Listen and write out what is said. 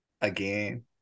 again